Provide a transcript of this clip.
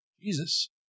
Jesus